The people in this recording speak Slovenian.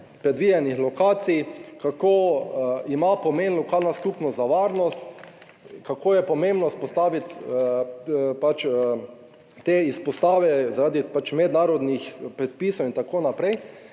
predvidenih lokacij, kako ima pomen lokalna skupnost za varnost, kako je pomembno vzpostaviti te izpostave zaradi mednarodnih predpisov in tako naprej,